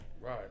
Right